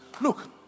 Look